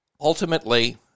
ultimately